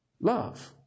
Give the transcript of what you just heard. love